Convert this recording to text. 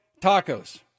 Tacos